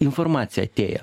informacija atėjo